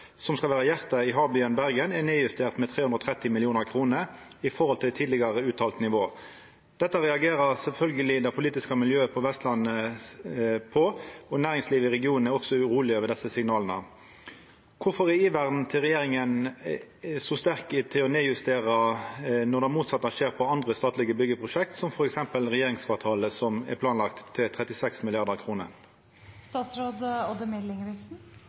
som skal være hjertet i havbyen Bergen er nedjustert med 330 mill. kroner i forhold til tidligere uttalt nivå. Dette reagerer selvsagt det politiske miljøet på Vestlandet på og næringslivet i regionen er også urolig over disse signalene. Hvorfor er iveren til regjeringen etter å nedjustere så sterkt når det motsatte skjer på andre statlige byggeprosjekter som regjeringskvartal til 36 mrd. kroner?»